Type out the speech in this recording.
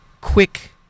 quick